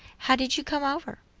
how did you come over?